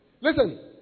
Listen